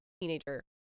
teenager